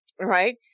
Right